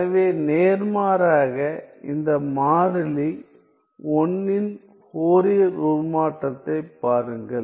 எனவே நேர்மாறாக இந்த மாறிலி 1 இன் ஃபோரியர் உருமாற்றத்தைப் பாருங்கள்